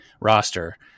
roster